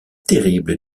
terrible